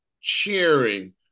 cheering